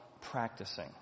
practicing